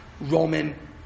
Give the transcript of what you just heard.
Roman